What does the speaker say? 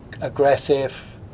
aggressive